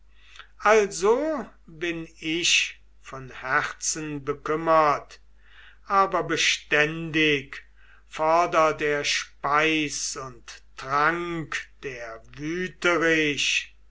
also bin ich von herzen bekümmert aber beständig fordert er speis und trank der wüterich